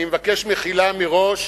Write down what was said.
אני מבקש מחילה מראש,